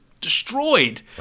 destroyed